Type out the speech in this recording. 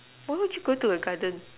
but why would you go to the garden